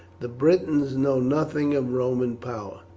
the britons know nothing of roman power,